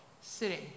sitting